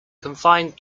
confined